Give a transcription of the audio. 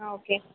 ఆ ఓకే